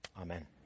Amen